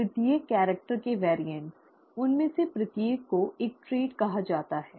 प्रत्येक कैरेक्टर के वेरिएंट उनमें से प्रत्येक को एक ट्रेट कहा जाता है